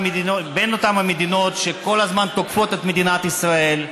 בין אותן המדינות שכל הזמן תוקפות את מדינת ישראל,